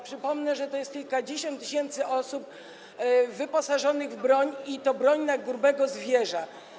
Przypomnę, że to jest kilkadziesiąt tysięcy osób wyposażonych w broń, i to broń na grubego zwierza.